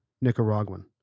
Nicaraguan